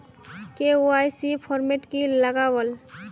KYC format की लगावल?